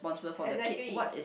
exactly